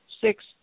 six